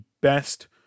best